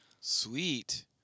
Sweet